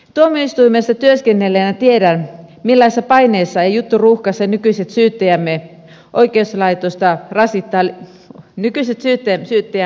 tuomioistuimessa työskennelleenä tiedän millaisessa paineessa ja jutturuuhkassa nykyiset syyttäjämme ovat